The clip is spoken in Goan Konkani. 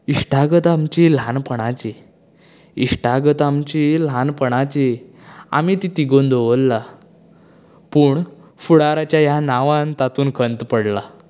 इश्टागत आमचीं ल्हानपणाची इश्टागत आमचीं ल्हानपणाची आमी तीं तिगोवन दवरलां पूण फुडाराच्या ह्या नांवांन तातूंन खंत पडलां